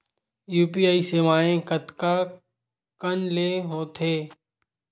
UPI सेवाएं कतका कान ले हो थे?